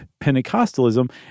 Pentecostalism